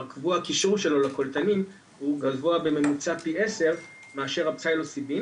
קבוע הקישור שלו לקולטנים הוא גבוה בממוצע פי 10 מאשר הפסילוציבין